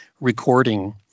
recording